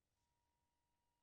שלושה קמפיינים בנושא של מניעת טביעות,